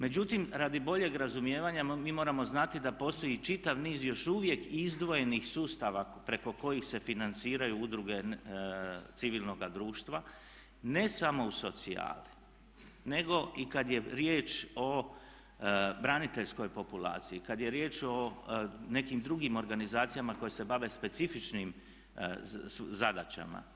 Međutim, radi boljeg razumijevanja mi moramo znati da postoji i čitav niz još uvijek izdvojenih sustava preko kojih se financiraju udruge civilnoga društva ne samo u socijali nego i kad je riječ o braniteljskoj populaciji, kad je riječ o nekim drugim organizacijama koje se bave specifičnim zadaćama.